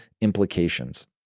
implications